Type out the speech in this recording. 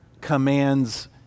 commands